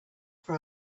for